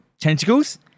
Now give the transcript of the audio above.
Tentacles